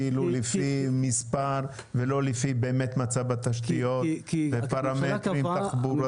לפי מספר ולא לפי מצב התשתיות ופרמטרים תחבורתיים?